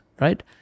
Right